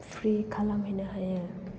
free खालामहैनो हायो